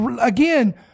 again